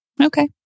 okay